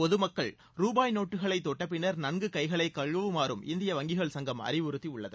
பொதுமக்கள் ரூபாய் நோட்டுகளை தொட்ட பின்னர் நன்கு கைகளை கழுவுமாறும் இந்திய வங்கிகள் சங்கம் அறிவுறுத்தியுள்ளது